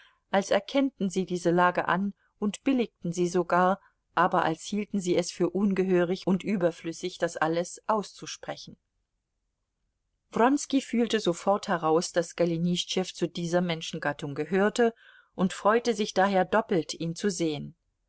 als erkennten sie diese lage an und billigten sie sogar aber als hielten sie es für ungehörig und überflüssig das alles auszusprechen wronski fühlte sofort heraus daß golenischtschew zu dieser menschengattung gehörte und freute sich daher doppelt ihn zu sehen